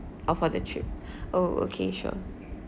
or for the trip oh okay sure